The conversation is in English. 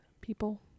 people